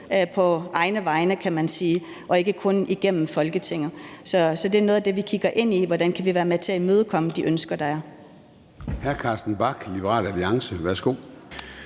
på egne vegne, kan man sige, og ikke kun igennem Folketinget. Så det er noget af det, vi kigger ind i, altså hvordan vi kan være med til at imødekomme de ønsker, der er.